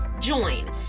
join